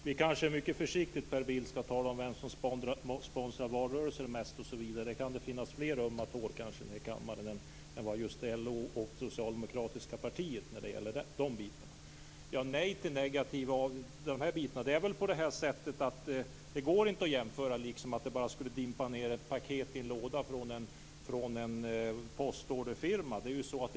Fru talman! Vi kanske skall tala om vem som sponsrar valrörelsen mest mycket försiktigt, Per Bill. Det kan finnas fler ömma tår i kammaren. Det gäller inte bara LO och det socialdemokratiska partiet. Det går inte att jämföra kollektiva försäkringar med att det dimper ned ett paket från en postorderfirma i brevlådan.